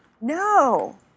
No